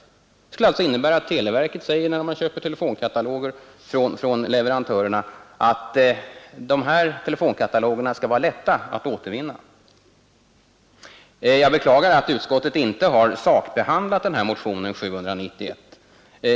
Det skulle alltså innebära att televerket vid beställning av katalogerna från leverantörerna skulle föreskriva att katalogerna skall vara sådana att papperet i dem lätt kan återvinnas. Jag beklagar att utskottet inte har sakbehandlat motionen 791.